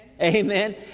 Amen